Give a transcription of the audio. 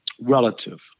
relative